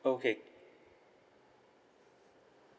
okay